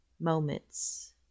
moments